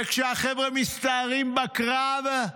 וכשהחבר'ה מסתערים בקרב,